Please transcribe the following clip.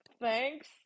Thanks